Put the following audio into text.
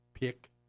pick